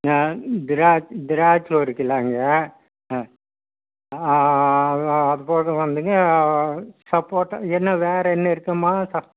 திராட்சை ஒரு கிலோங்க ஆ அப்பறம் வந்துங்க சப்போட்டா இன்னும் வேற என்ன இருக்கும்மா